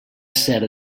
ser